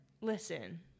listen